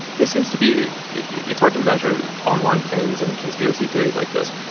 this seems to be it's hard to measure online things and conspiracy theories like this.